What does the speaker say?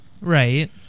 Right